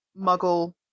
muggle